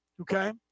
Okay